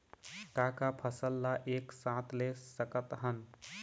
का का फसल ला एक साथ ले सकत हन?